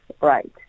right